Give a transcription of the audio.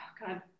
God